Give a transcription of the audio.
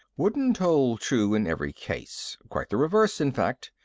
wouldn't hold true in every case. quite the reverse, in fact.